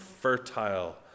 fertile